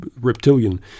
reptilian